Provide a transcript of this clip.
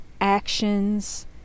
actions